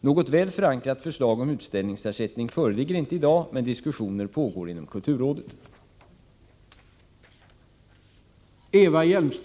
Något väl förankrat förslag om utställningsersättning föreligger inte i dag, men diskussioner pågår inom kulturrådet.